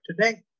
today